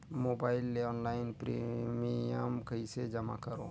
Mobile ले online premium कइसे जमा करों?